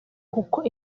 kuko